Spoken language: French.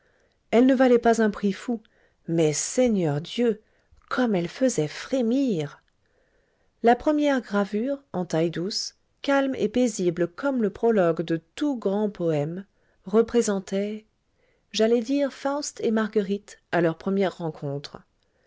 elles ne valaient pas un prix fou mais seigneur dieu comme elles faisaient frémir la première gravure en taille-douce calme et paisible comme le prologue de tout grand poème représentait j'allais dire faust et marguerite à leur première rencontre